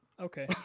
okay